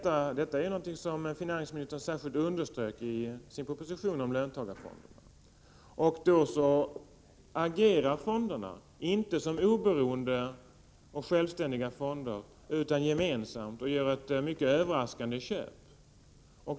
Detta är någonting som finansministern särskilt underströk i sin proposition om löntagarfonderna. Sedan agerar fonderna inte som oberoende och självständiga fonder utan gemensamt och gör ett mycket överraskande köp.